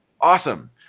awesome